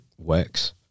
works